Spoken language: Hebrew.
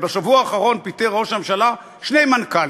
בשבוע האחרון פיטר ראש הממשלה שני מנכ"לים.